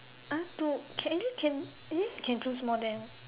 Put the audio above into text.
ah two can can eh can choose more than